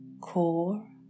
core